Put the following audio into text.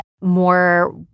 more